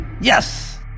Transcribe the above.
Yes